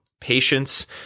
patience